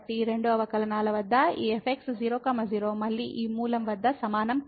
ఈ రెండు అవకలనాల వద్ద ఈ fxy0 0 మళ్ళీ ఈ మూలం వద్ద సమానం కాదు